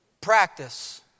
practice